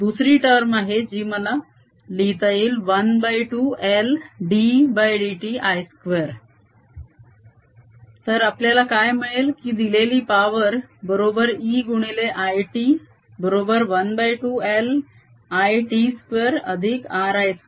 दुसरी टर्म ही आहे जी मला लिहिता येईल ½ Lddt I2 तर आपल्याला काय मिळेल की दिलेली पावर बरोबर E गुणिले It बरोबर ½ LIt2 अधिक R I2